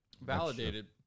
validated